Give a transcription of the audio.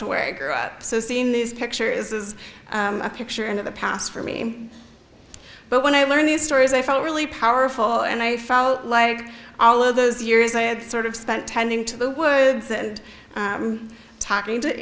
to where i grew up so seeing this picture is a picture in of the past for me but when i learned these stories i felt really powerful and i felt like all of those years i had sort of spent tending to the woods and talking to